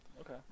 Okay